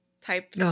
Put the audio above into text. type